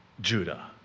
Judah